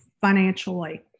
financially